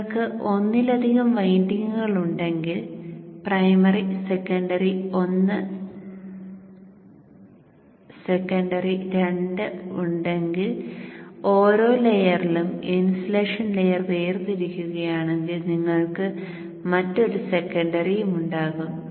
നിങ്ങൾക്ക് ഒന്നിലധികം വൈൻഡിംഗുകളുണ്ടെങ്കിൽ പ്രൈമറി സെക്കണ്ടറി ഒന്ന് സെക്കൻഡറി രണ്ട് ഉണ്ടെങ്കിൽ ഓരോ ലെയറിലും ഇൻസുലേഷൻ ലെയർ വേർതിരിക്കുകയാണെങ്കിൽ നിങ്ങൾക്ക് മറ്റൊരു സെക്കൻഡറിയും ഉണ്ടാകും